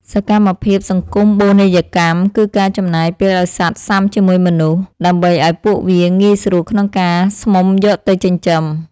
សកម្មភាព សង្គមបូនីយកម្ម គឺការចំណាយពេលឱ្យសត្វស៊ាំជាមួយមនុស្ស ដើម្បីឱ្យពួកវាងាយស្រួលក្នុងការស្មុំយកទៅចិញ្ចឹម។